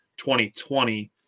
2020